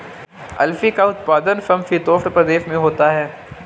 अलसी का उत्पादन समशीतोष्ण प्रदेश में होता है